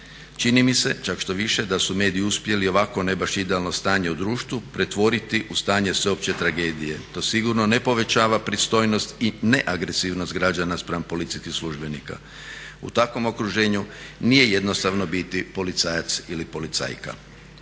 Čini mi se čak štoviše da su mediji uspjeli ovakvo ne baš idealno stanje u društvu pretvoriti u stanje sveopće tragedije. To sigurno ne povećava pristojnost i neagresivnost građana spram policijskih službenika. U takvom okruženju nije jednostavno biti policajac ili policajka.